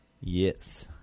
Yes